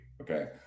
Okay